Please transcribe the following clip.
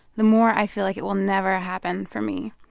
the more i feel like it will never happen for me.